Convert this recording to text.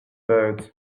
birds